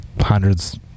hundreds